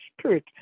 spirit